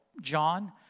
John